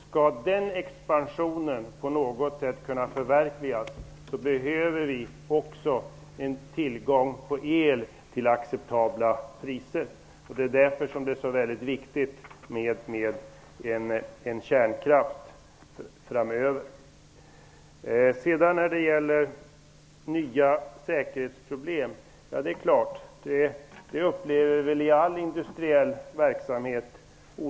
Skall den expansionen kunna förverkligas, behöver vi också tillgång på el till acceptabla priser. Det är därför som det är så väldigt viktigt med kärnkraft framöver. När det gäller nya säkerhetsproblem vill jag säga att vi upplever säkerhetsproblem i all industriell verksamhet.